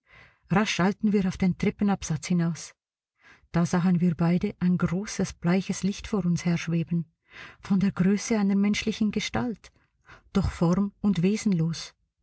eilten wir auf den treppenabsatz hinaus da sahen wir beide ein großes bleiches licht vor uns herschweben von der größe einer menschlichen gestalt doch form und wesenlos